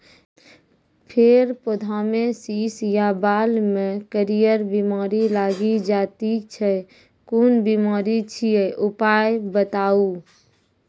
फेर पौधामें शीश या बाल मे करियर बिमारी लागि जाति छै कून बिमारी छियै, उपाय बताऊ?